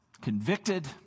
convicted